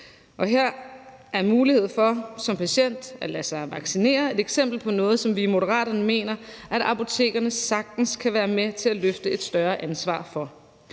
er der mulighed for som patient at lade sig vaccinere, og det er et eksempel på noget, som vi i Moderaterne mener at apotekerne sagtens kan være med til at løfte et større ansvar for.